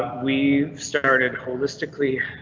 we've started. holistic lee.